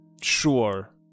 sure